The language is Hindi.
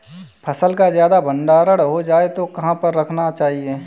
फसल का ज्यादा भंडारण हो जाए तो कहाँ पर रखना चाहिए?